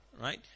right